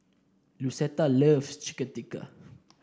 Lucetta loves Chicken Tikka